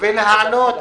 דברים שהועלו כאן.